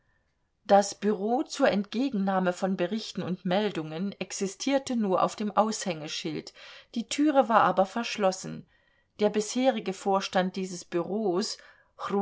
das bureau zur entgegennahme von berichten und meldungen existierte nur auf dem aushängeschild die türe war aber verschlossen der bisherige vorstand dieses